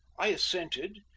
i assented,